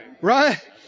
Right